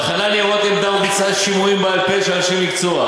בחנה ניירות עמדה וביצעה שימועים בעל-פה של אנשי מקצוע,